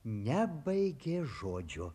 nebaigė žodžio